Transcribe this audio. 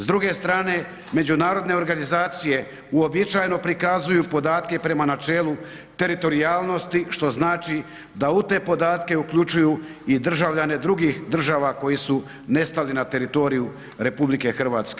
S druge strane međunarodne organizacije uobičajeno prikazuju podatke prema načelu teritorijalnosti što znači da u te podatke uključuju i državljane drugih država koji su nestali na teritoriju RH.